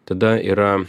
tada yra